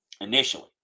initially